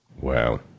wow